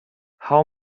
how